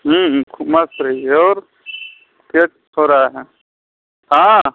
खूब मस्त रहिये और क्या हो रहा है हाँ